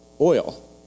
Oil